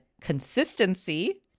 consistency